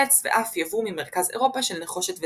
עץ ואף יבוא ממרכז אירופה של נחושת וזהב.